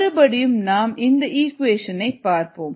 மறுபடியும் நாம் இந்த ஈக்குவேஷன் ஐ பார்ப்போம்